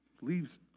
Leaves